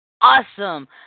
awesome